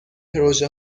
پروژه